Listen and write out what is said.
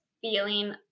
feeling